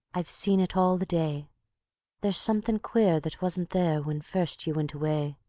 i've seen it all the day there's something quare that wasn't there when first ye wint away.